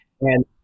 And-